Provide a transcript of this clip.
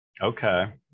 Okay